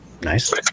Nice